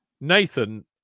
Nathan